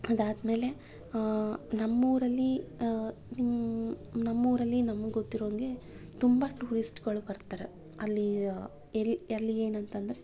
ಅದಾದ ಮೇಲೆ ನಮ್ಮೂರಲ್ಲಿ ನಿಮ್ಮ ನಮ್ಮೂರಲ್ಲಿ ನಮ್ಗೆ ಗೊತ್ತಿರೊಂಗೆ ತುಂಬ ಟೂರಿಸ್ಟ್ಗಳು ಬರ್ತಾರೆ ಅಲ್ಲಿ ಎಲ್ಲೆಲ್ಲಿ ಏನಂತಂದ್ರೆ